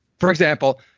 for example,